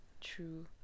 True